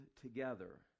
together